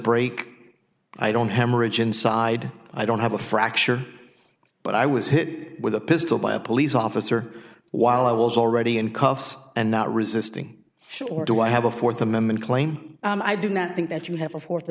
break i don't hammer agency i had i don't have a fracture but i was hit with a pistol by a police officer while i was already in cuffs and not resisting shore do i have a fourth amendment claim i do not think that you have a fourth